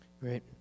Great